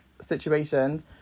situations